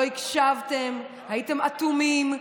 לא הקשבתם, הייתם אטומים.